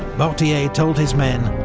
mortier told his men,